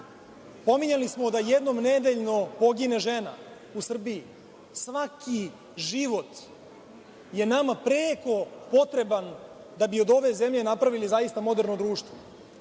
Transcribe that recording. nasilje. Pominjali smo da jednom nedeljno pogine žena u Srbiji. Svaki život je nama preko potreban da bi od ove zemlje napravili zaista moderno društvo.